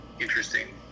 interesting